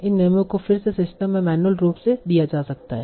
इन नियमों को फिर से सिस्टम में मैन्युअल रूप से दिया जा सकता है